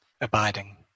abiding